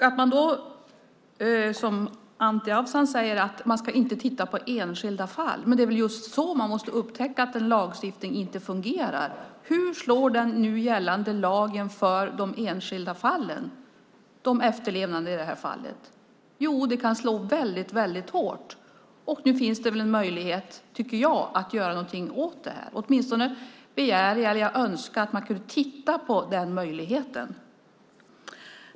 Anti Avsan säger att man inte ska titta på enskilda fall, men det är väl just så man måste upptäcka att en lagstiftning inte fungerar. Hur slår den nu gällande lagen i de enskilda fallen, de efterlevande i det här fallet? Jo, den kan slå väldigt, väldigt hårt. Men nu finns det en möjlighet, tycker jag, att göra något åt det. Åtminstone önskar jag att man kunde titta på den möjligheten.